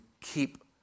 keep